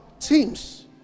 Teams